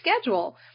schedule